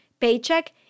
paycheck